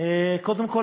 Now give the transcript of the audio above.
קודם כול,